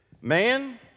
man